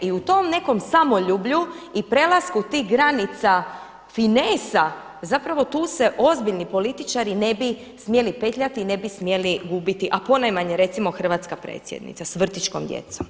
I u tom nekom samoljublju i prelasku tih granica finesa zapravo tu se ozbiljni političari ne bi smjeli petljati i ne bi smjeli gubiti a ponajmanje recimo hrvatska predsjednica sa vrtićkom djecom.